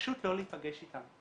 פשוט לא להיפגש איתם.